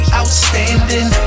outstanding